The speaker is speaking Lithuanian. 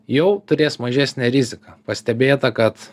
jau turės mažesnę riziką pastebėta kad